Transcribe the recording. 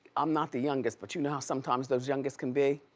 i'm not the youngest, but you know how sometimes those youngest can be?